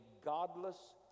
godless